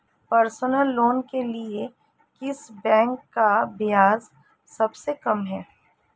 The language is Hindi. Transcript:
पर्सनल लोंन के लिए किस बैंक का ब्याज सबसे कम है?